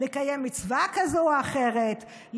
לקיים מצווה כזו או אחרת,